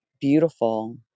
beautiful